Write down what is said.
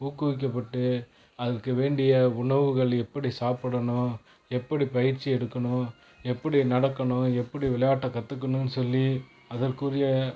ஊக்குவிக்க பட்டு அதற்கு வேண்டிய உணவுகள் எப்படி சாப்பிடணும் எப்படி பயிற்சி எடுக்கணும் எப்படி நடக்கணும் எப்படி விளையாட்டை கற்றுக்கணும்னு சொல்லி அதற்க்குரிய